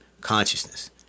consciousness